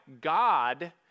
God